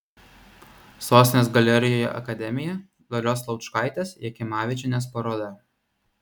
sostinės galerijoje akademija dalios laučkaitės jakimavičienės paroda